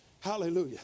Hallelujah